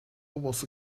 was